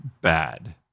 bad